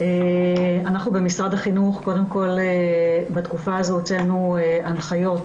במשרד החינוך הוצאנו הנחיות